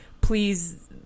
please